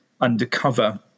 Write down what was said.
undercover